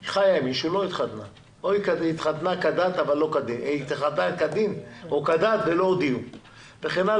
היא חיה עם משהו ולא התחתנה כדת או שהתחתנה וויתרה על הגמלה.